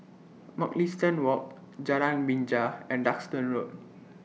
Mugliston Walk Jalan Binja and Duxton Road